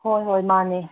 ꯍꯣꯏ ꯍꯣꯏ ꯃꯥꯅꯤ